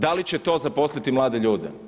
Da li će to zaposliti mlade ljude?